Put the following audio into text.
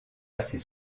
assez